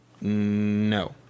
No